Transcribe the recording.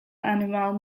animal